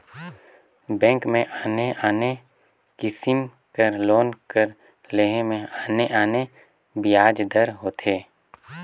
bank में आने आने किसिम कर लोन कर लेहे में आने आने बियाज दर होथे